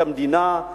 כמדינה,